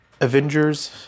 Avengers